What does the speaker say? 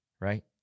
Right